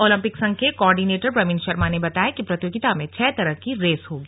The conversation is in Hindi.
ओलंपिक संघ के कोऑर्डिनेटर प्रवीण शर्मा ने बताया कि प्रतियोगिता में छह तरह की रेस होगी